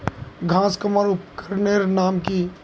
घांस कमवार उपकरनेर नाम की?